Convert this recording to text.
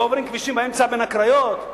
לא עוברים כבישים באמצע בין הקריות?